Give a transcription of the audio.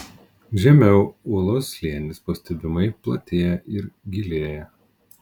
žemiau ūlos slėnis pastebimai platėja ir gilėja